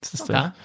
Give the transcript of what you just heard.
Okay